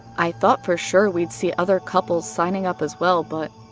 i thought for sure we'd see other couples signing up as well, but.